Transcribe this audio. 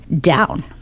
down